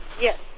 yes